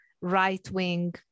right-wing